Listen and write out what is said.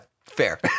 fair